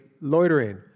loitering